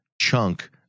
chunk